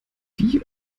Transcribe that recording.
wie